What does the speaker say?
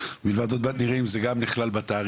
עוד מעט נראה אם זה גם נכלל בתעריף.